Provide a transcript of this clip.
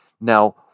Now